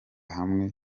hamwe